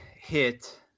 hit